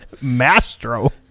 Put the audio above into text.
Mastro